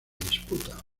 disputa